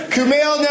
Kumail